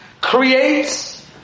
creates